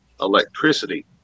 electricity